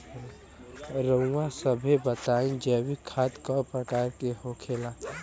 रउआ सभे बताई जैविक खाद क प्रकार के होखेला?